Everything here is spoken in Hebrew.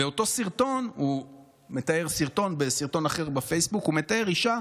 בסרטון אחר בפייסבוק הוא מתאר אישה,